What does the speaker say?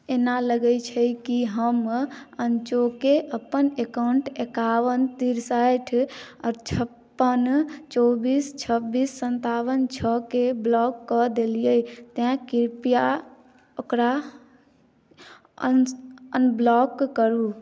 एना लगैत छै कि हम अनचोके अपन अकाउंट एकाबन तिरसठि आओर छप्पन चौबीस छब्बीस सन्ताबन छओके ब्लॉक कऽ देलियै तेँ कृप्या ओकरा अन अनब्लॉक करू